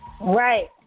Right